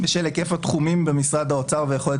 בשל היקף התחומים במשרד האוצר ויכולת